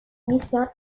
émission